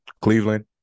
Cleveland